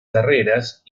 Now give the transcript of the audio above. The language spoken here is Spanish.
carreras